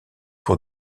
pour